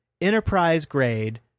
enterprise-grade